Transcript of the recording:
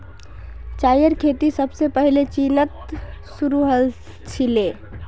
चायेर खेती सबसे पहले चीनत शुरू हल छीले